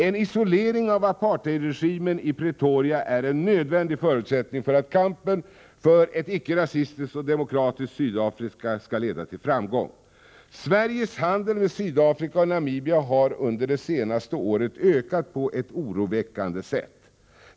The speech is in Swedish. En isolering av apartheidregimen i Pretoria är en nödvändig förutsättning för att kampen för ett icke rasistiskt och demokratiskt Sydafrika skall leda till framgång. Sveriges handel med Sydafrika och Namibia har under det senaste året ökat på ett oroväckande sätt.